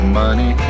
money